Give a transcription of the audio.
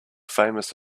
famous